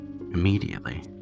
Immediately